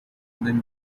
then